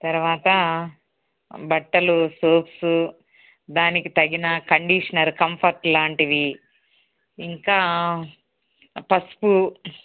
తర్వాత బట్టలు సోప్స్ దానికి తగిన కండిషనర్ కంఫర్ట్ లాంటివి ఇంకా పసుపు